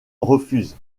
refuse